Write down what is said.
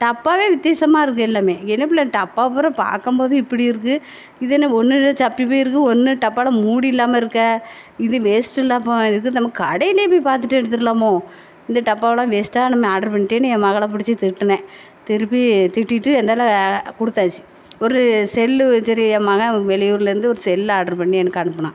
டப்பாவே வித்தியாசமாக இருக்குது எல்லாமே என்னப் பிள்ள டப்பாவை பூரா பார்க்கும் போது இப்படி இருக்குது இது என்ன ஒன்னுமில சப்பி போயிருக்குது ஒன்று டப்பாவில் மூடி இல்லாமல் இருக்கே இது வேஸ்ட்டு இல்லை அப்போது இது நம்ம கடையிலே போய் பார்த்துட்டு எடுத்துடலாமோ இந்த டப்பாவெல்லாம் வேஸ்ட்டாக நம்ம ஆர்ட்ரு பண்ணிட்டேனு என் மகளை பிடிச்சி திட்டினேன் திருப்பி திட்டிவிட்டு அந்தாலே கொடுத்தாச்சி ஒரு செல்லு வச்சுரு என் மகன் வெளியூர்லேருந்து ஒரு செல்லு ஆர்ட்ரு பண்ணி எனக்கு அனுப்பினான்